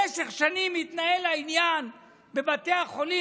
במשך שנים התנהל העניין בבתי החולים.